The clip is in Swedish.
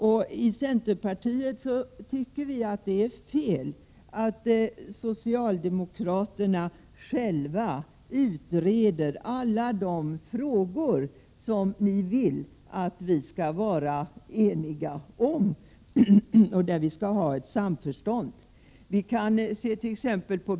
Vi inom centerpartiet tycker att det är fel att socialdemokraterna själva utreder alla de frågor som de vill att vi skall vara eniga om.